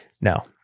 no